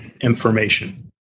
information